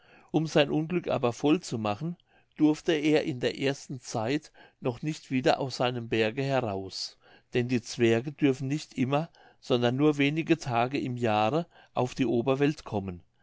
um sein unglück aber voll zu machen durfte er in der ersten zeit noch nicht wieder aus seinem berge heraus denn die zwerge dürfen nicht immer sondern nur wenige tage im jahre auf die oberwelt kommen